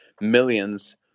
millions